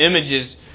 images